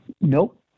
Nope